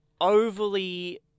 overly